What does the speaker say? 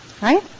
Right